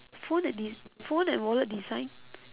phone and des~ phone and wallet design